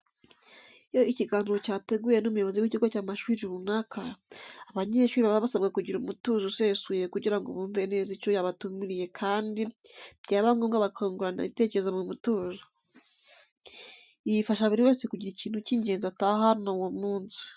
Iyo ikiganiro cyateguwe n'umuyobozi w'ikigo cy'amashuri runaka, abanyeshuri baba basabwa kugira umutuzo usesuye kugira ngo bumve neza icyo yabatumiriye kandi byaba ngombwa bakungurana ibitekerezo mu mutuzo. Ibi bifasha buri umwe kugira ikintu cy'ingenzi atahana uwo munsi.